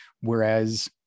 Whereas